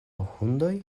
hundoj